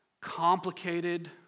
complicated